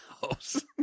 house